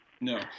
No